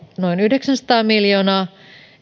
noin yhdeksänsataa miljoonaa